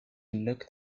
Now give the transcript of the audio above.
looked